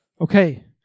Okay